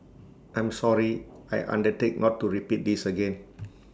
I'm sorry I undertake not to repeat this again